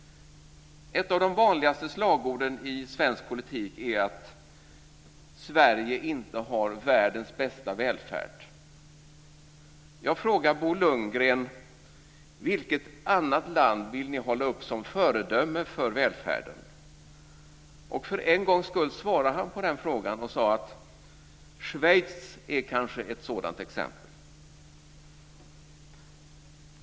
Ett av de vanligaste slagorden i svensk politik är att Sverige inte har världen bästa välfärd. Jag frågade Bo Lundgren: Vilket annat land vill ni hålla upp som föredöme för välfärden? För en gångs skull svarade han på den frågan och sade Schweiz kanske är ett sådant exempel.